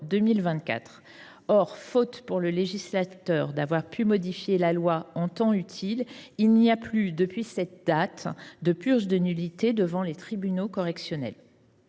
Or, faute pour le législateur d’avoir pu modifier la loi en temps utile, il n’y a plus, depuis cette date, de purge des nullités devant les tribunaux correctionnels.